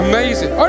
Amazing